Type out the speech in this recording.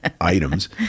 items